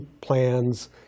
plans